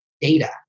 data